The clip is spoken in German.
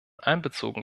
einbezogen